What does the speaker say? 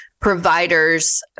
Providers